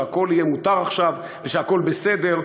אובמה וחוששים מפעולה שלו בדקה האחרונה,